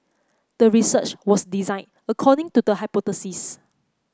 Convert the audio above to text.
the research was designed according to the hypothesis